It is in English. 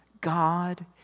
God